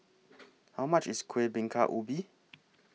How much IS Kuih Bingka Ubi